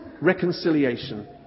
reconciliation